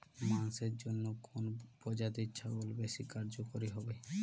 মাংসের জন্য কোন প্রজাতির ছাগল বেশি কার্যকরী হবে?